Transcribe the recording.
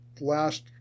last